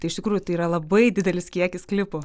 tai iš tikrųjų tai yra labai didelis kiekis klipų